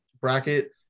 bracket